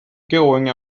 going